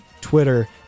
Twitter